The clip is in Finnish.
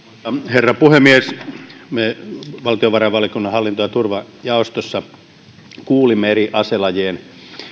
herra puhemies me valtiovarainvaliokunnan hallinto ja turvajaostossa kuulimme eri aselajien